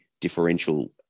differential